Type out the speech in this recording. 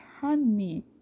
honey